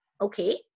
okay